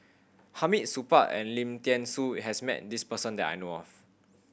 Hamid Supaat and Lim Thean Soo has met this person that I know of